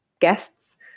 guests